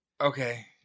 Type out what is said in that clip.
Okay